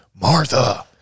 Martha